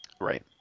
right